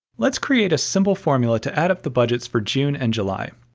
let's create a simple formula to add up the budgets for june and july.